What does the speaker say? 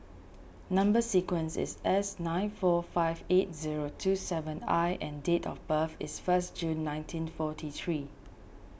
Number Sequence is S nine four five eight zero two seven I and date of birth is first June nineteen forty three